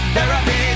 Therapy